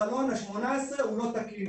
החלון ל-18 הוא לא תקין,